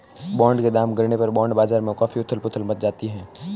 bond के दाम गिरने पर बॉन्ड बाजार में काफी उथल पुथल मच जाती है